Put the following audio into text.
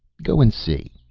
go and see.